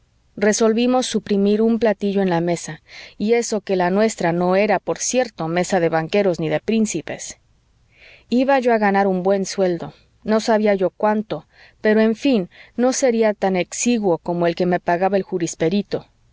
resolvimos suprimir un platillo en la mesa y eso que la nuestra no era por cierto mesa de banqueros ni de príncipes iba yo a ganar un buen sueldo no sabía yo cuanto pero en fin no sería tan exíguo como el que me pagaba el jurisperito